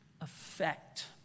effect